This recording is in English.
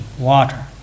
water